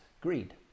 greed